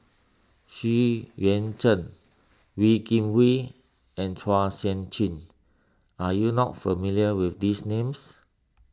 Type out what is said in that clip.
Xu Yuan Zhen Wee Kim Wee and Chua Sian Chin are you not familiar with these names